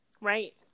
Right